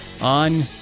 on